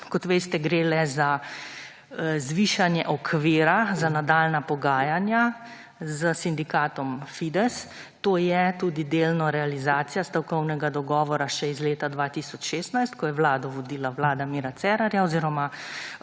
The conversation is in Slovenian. Kot veste gre le za zvišanje okvira za nadaljnja pogajanja s Sindikatom Fides. To je delno tudi realizacija stavkovnega dogovora še iz leta 2016, ko je Vlado vodila vlada Mira Cerarja oziroma